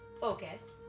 focus